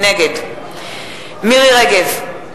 נגד מירי רגב,